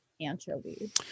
anchovies